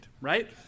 right